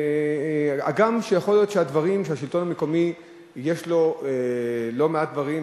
הגם שיכול להיות שלשלטון המקומי יש לא מעט דברים,